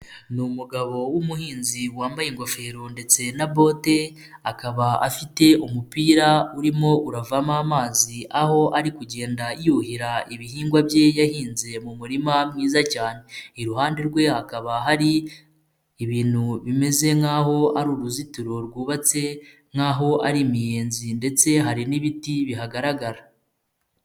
Ni umugabo w'umuhinzi wambaye ingofero ndetse na bote, akaba afite umupira urimo uravamo amazi aho ari kugenda yuhira ibihingwa bye yahinze mu murima mwiza cyane, iruhande rwe hakaba hari ibintu bimeze nk'aho ari uruzitiro rwubatse nk'aho ari imiyenzi ndetse hari n'ibiti bihagaragara.